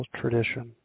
tradition